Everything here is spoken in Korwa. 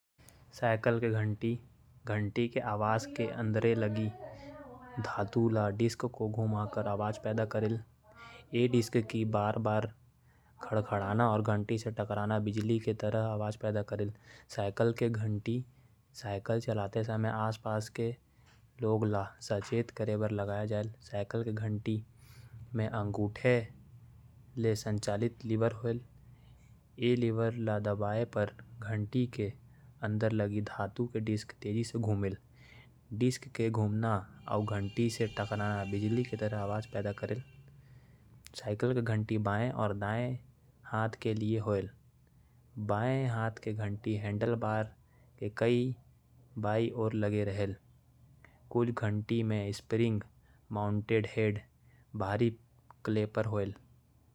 साइकिल के घंटी अंगूठा या तर्जनी ले दबाये। म घंटी के अंदर मेटल डिस्क ल घुमाथे। ए डिस्क के रोटेशन ले घंटी टकरा जाथे अउ लाने लाने के आवाज आथे।